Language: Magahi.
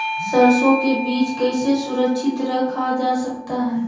सरसो के बीज कैसे सुरक्षित रखा जा सकता है?